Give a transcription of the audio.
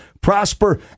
prosper